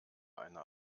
eine